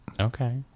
Okay